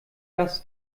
das